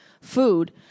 food